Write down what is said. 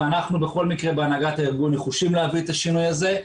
ואנחנו בכל מקרה בהנהלת הארגון נחושים להביא את השינוי הזה.